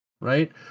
right